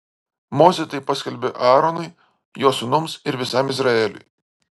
mozė tai paskelbė aaronui jo sūnums ir visam izraeliui